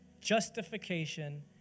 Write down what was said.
justification